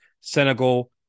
Senegal